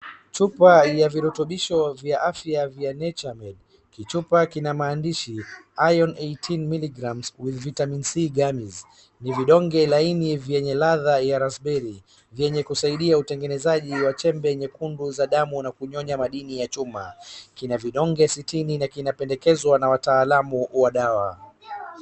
Chupa ya virutubisho vya afya ya naturemade kichupa kina maandishi iron 18mg with vitamin C gummies , ni vidonge laini vyenye ladha ya raspberry vyenye kusaidia utengenezaji wa chembe nyekundu za damu na kunyonya madini ya chuma. Kina vidonge sitini na kinapendekezwa na wataalamu wa dawa.